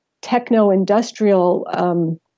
techno-industrial